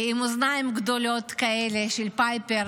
עם אוזניים גדולות כאלה של פייפר,